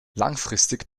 langfristig